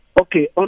Okay